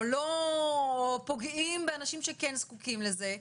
או פוגעים באנשים שכן זקוקים לזה.